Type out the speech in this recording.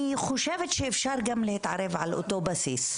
אני חושבת שאפשר גם להתערב על אותו בסיס.